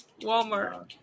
Walmart